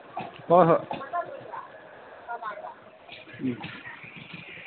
ꯍꯣꯏ ꯍꯣꯏ ꯎꯝ